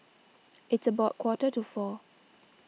its about quarter to four